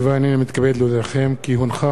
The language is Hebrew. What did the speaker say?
כי הונחו היום על שולחן הכנסת,